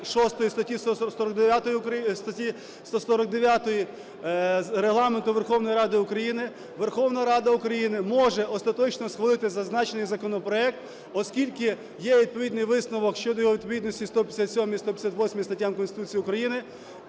статті 149 Регламенту Верховної Ради України Верховна Рада України може остаточно схвалити зазначений законопроект, оскільки є відповідний висновок щодо його відповідності 157-й, 158-й статтям Конституції України,